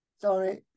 Sorry